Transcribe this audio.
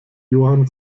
johann